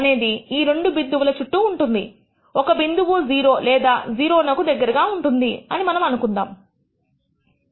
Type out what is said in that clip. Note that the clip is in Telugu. అదే విధముగా మీరు అడగవచ్చు 20 శాతము డేటా కింద ఉండే విలువ ఏమిటి అని లేదా 20 శాతము స్టాండర్డ్ నార్మల్ డిస్ట్రిబ్యూషన్ విలువలు వీటి వక్ర రేఖ కింద ఉన్న వైశాల్యము యొక్క ప్రోబబిలిటీ 0